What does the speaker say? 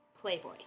Playboy